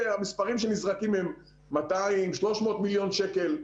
המספרים שנזרקים הם 300-200 מיליון שקל,